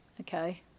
Okay